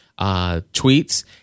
tweets